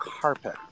carpet